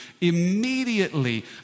immediately